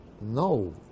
no